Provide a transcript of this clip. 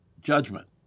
judgment